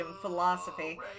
philosophy